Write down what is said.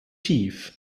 tief